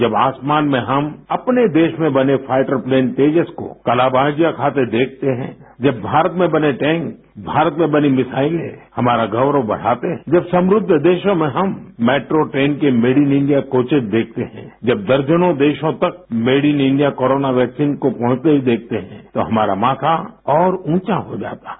जब आसमान में हम अपने देश में बने फाइटर प्लेन तेजस को कलाबाजियाँ खाते देखते हैं जब भारत में बने टैंक भारत में बनी मिसाइलें हमारा गौरव बढ़ाते हैं जब समृद्ध देशों में हम मेट्रो ट्रेन के मेड इन इंडिया कोचेस देखते हैं जब दर्जनों देशों तक made in India corona vaccine को पहुँचते हुए देखते हैं तो हमारा माथा और ऊंचा हो जाता है